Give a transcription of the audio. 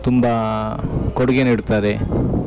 ತುಂಬ ಕೊಡುಗೆ ನೀಡ್ತಾರೆ